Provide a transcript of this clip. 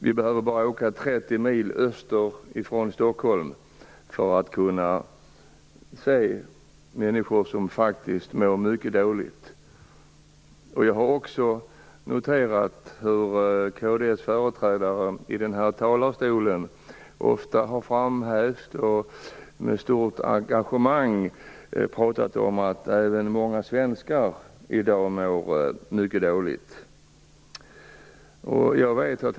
Vi behöver bara åka 30 mil österut från Stockholm för att se människor som faktiskt mår mycket dåligt. Jag har också noterat hur kds företrädare i denna talarstol har framhävt och ofta med stort engagemang har talat om att även många svenskar i dag mår mycket dåligt. Herr talman!